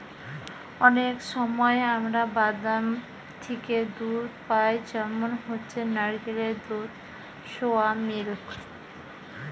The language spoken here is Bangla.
অনেক সময় আমরা বাদাম থিকে দুধ পাই যেমন হচ্ছে নারকেলের দুধ, সোয়া মিল্ক